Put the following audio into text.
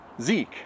Zeke